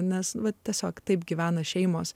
nes va tiesiog taip gyvena šeimos